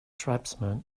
tribesmen